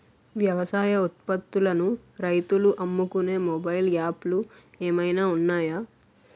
వ్యవసాయ ఉత్పత్తులను రైతులు అమ్ముకునే మొబైల్ యాప్ లు ఏమైనా ఉన్నాయా?